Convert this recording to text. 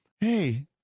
hey